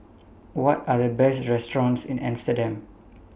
What Are The Best restaurants in Amsterdam